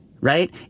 right